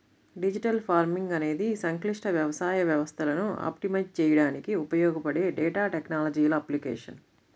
digital farming అనేది సంక్లిష్ట వ్యవసాయ వ్యవస్థలను ఆప్టిమైజ్ చేయడానికి ఉపయోగపడే డేటా టెక్నాలజీల అప్లికేషన్